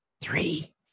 Three